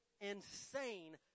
insane